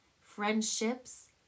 friendships